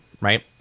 right